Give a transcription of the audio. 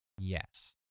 Yes